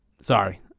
Sorry